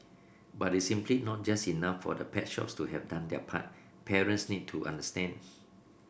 but it's simply not just enough for the pet shops to have done their part parents need to understand